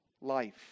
life